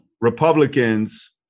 Republicans